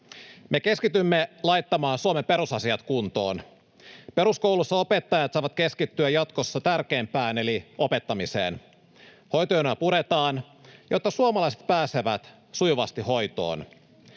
Me keskitymme laittamaan Suomen perusasiat kuntoon. Peruskouluissa opettajat saavat keskittyä jatkossa tärkeimpään eli opettamiseen. Hoitojonoja puretaan, jotta suomalaiset pääsevät sujuvasti hoitoon.